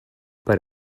per